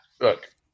look